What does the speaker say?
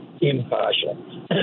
impartial